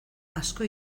asko